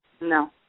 No